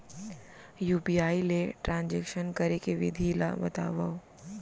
UPI ले transaction करे के विधि ला बतावव?